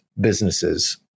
businesses